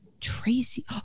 Tracy